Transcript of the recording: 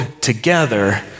together